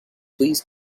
please